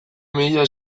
mila